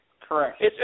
Correct